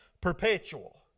perpetual